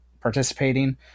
participating